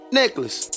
necklace